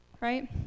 right